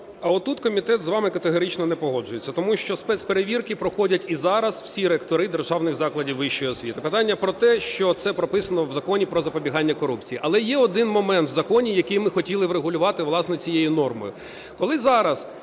А тут комітет з вами категорично не погоджується, тому що спецперевірки проходять і зараз всі ректори державних закладів вищої освіти. Питання про те, що це прописано в Законі "Про запобігання корупції". Але є один момент в законі, який ми хотіли врегулювати, власне, цією нормою.